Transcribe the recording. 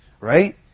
right